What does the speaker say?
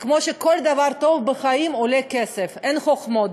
כמו שכל דבר טוב בחיים עולה כסף, אין חוכמות.